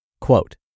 Quote